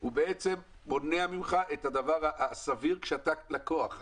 הוא בעצם מונע ממך את הדבר הסביר כשאתה לקוח.